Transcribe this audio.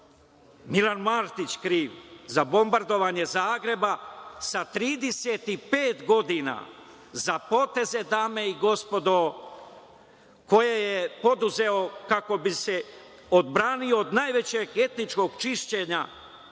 Milan Martić kriv za bombardovanje Zagreba sa 35 godina za poteze, dame i gospodo, koje je poduzeo kako bi se odbranio od najvećeg etničkog čišćenja